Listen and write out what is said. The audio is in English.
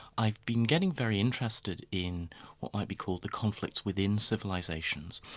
i've been getting very interested in what might be called the conflicts within civilisations,